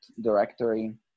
directory